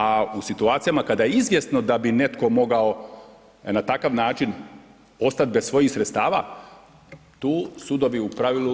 A u situacijama kada je izvjesno da bi netko mogao na takav način ostati bez svojih sredstava, tu sudovi u pravilu